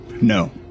No